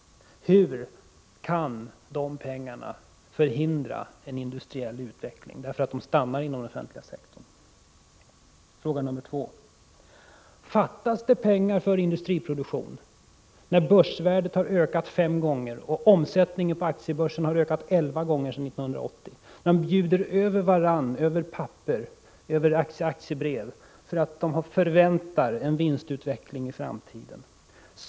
Hur kan de pengarna förhindra en industriell utveckling därför att de stannar inom den offentliga sektorn? Jag vill vidare fråga: Fattas det pengar för industriproduktion, när börsvärdet har ökat fem gånger, när omsättningen på aktiebörsen har ökat elva gånger sedan 1980 och när aktieköparna bjuder över varandra på aktiebrev för att de förväntar en vinstutveckling i framtiden?